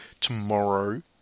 tomorrow